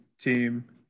team